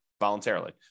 voluntarily